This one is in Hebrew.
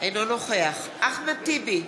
אינו נוכח אחמד טיבי,